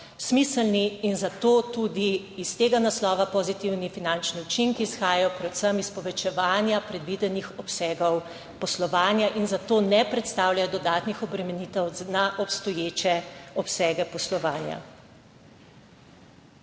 smiselni in zato tudi iz tega naslova pozitivni finančni učinki izhajajo predvsem iz povečevanja predvidenih obsegov poslovanja in zato ne predstavlja dodatnih obremenitev na obstoječe obsege poslovanja.